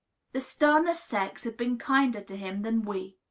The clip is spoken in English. the sterner sex had been kinder to him than we.